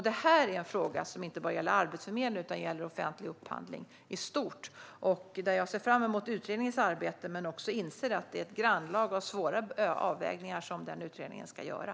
Detta är en fråga som inte bara gäller Arbetsförmedlingen utan offentlig upphandling i stort. Jag ser fram emot utredningens arbete, men jag inser också att det är ett grannlaga arbete och svåra avvägningar som utredningen ska göra.